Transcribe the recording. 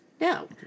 No